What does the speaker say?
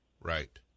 Right